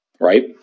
right